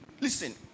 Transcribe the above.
listen